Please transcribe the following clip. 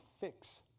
fix